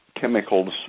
chemicals